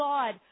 God